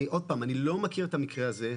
עוד פעם, אני לא מכיר את המקרה הזה ספציפית.